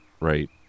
right